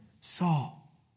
Saul